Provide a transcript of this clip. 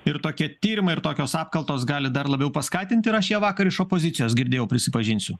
ir tokie tyrimai ir tokios apkalbos gali dar labiau paskatint ir aš ją vakar iš opozicijos girdėjau prisipažinsiu